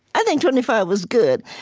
i think twenty five was good.